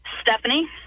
Stephanie